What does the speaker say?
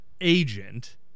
agent